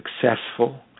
successful